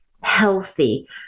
healthy